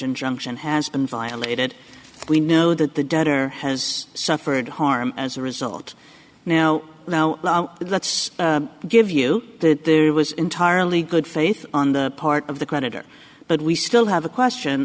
injunction has been violated we know that the debtor has suffered harm as a result now let's give you that there was entirely good faith on the part of the creditor but we still have a question